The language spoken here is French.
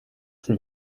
c’est